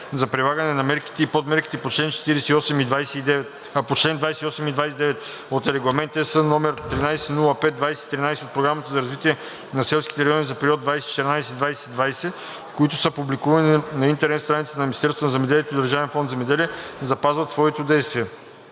за прилагане на мерките н подмерките по чл. 28 и 29 от Регламент (ЕС) № 1305/2013 от Програмата за развитие на селските райони за периода 2014 – 2020 г., които са публикувани на интернет страницата на Министерство на земеделието и Държавен фонд „Земеделие“, запазват своето действие.